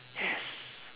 yes